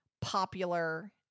popular